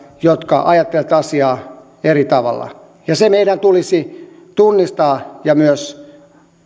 jotka ajattelemme asiaa eri tavalla ja se meidän tulisi tunnistaa ja myös